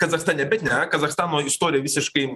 kazachstane bet ne kazachstano istorija visiškai